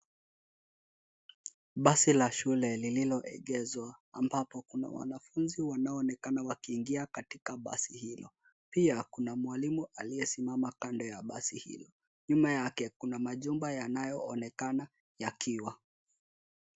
Basi la shule lililoegeshwa ambapo kuna wanafunzi wanaoonekana wakiingia katika basi hilo. Pia, kuna mwalimu aliyesimama kando ya basi hili. Nyuma yake kuna majumba yanayoonekana yakiwa.